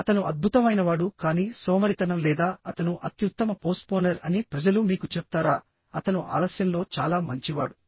అతను అద్భుతమైనవాడు కానీ సోమరితనం లేదా అతను అత్యుత్తమ పోస్ట్పోనర్ అని ప్రజలు మీకు చెప్తారా అతను ఆలస్యంలో చాలా మంచివాడు